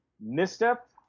misstep